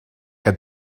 que